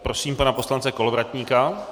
Prosím pana poslance Kolovratníka.